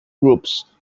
groups